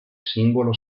simbolo